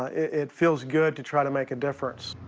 it feels good to try to make a difference.